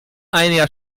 einer